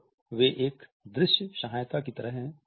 तो वे एक दृश्य सहायता की तरह हैं